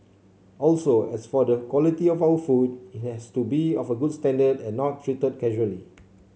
also as for the quality of our food it has to be of a good standard and not treated casually